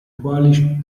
quali